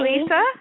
Lisa